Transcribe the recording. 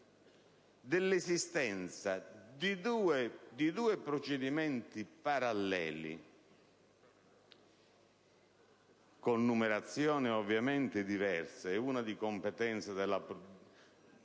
dall'esistenza di due procedimenti paralleli - con numerazioni ovviamente diverse - uno di competenza della Procura